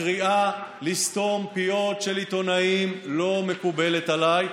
הקריאה לסתום פיות של עיתונאים לא מקובלת עליי,